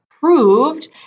proved